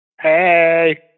Hey